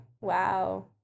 Wow